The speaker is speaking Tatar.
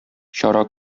чара